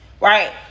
right